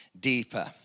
deeper